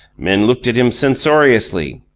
men looked at him censoriously.